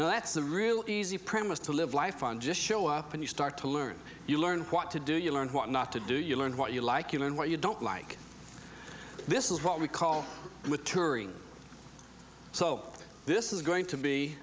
and that's the real easy premise to live life on just show up and you start to learn you learn what to do you learn what not to do you learn what you like you learn what you don't like this is what we call with touring so this is going to be